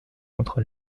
contre